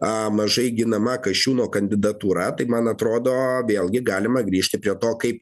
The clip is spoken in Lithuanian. mažai ginama kasčiūno kandidatūra tai man atrodo vėlgi galima grįžti prie to kaip